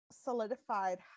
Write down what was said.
solidified